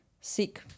seek